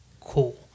cool